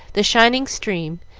the shining stream,